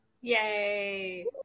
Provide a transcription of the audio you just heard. Yay